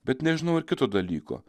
bet nežinau ir kito dalyko